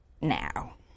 now